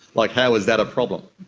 like, how is that a problem?